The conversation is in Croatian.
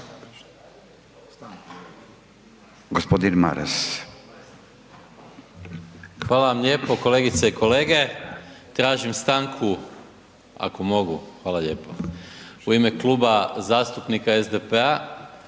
Gordan (SDP)** Hvala vam lijepo. Kolegice i kolege, tražim stanku. Ako mogu? Hvala lijepo, u ime Kluba zastupnika SDP-a,